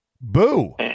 Boo